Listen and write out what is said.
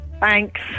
Thanks